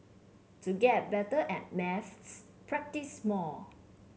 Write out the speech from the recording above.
to get better at maths practise more